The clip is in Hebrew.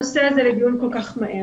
לדיון.